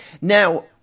Now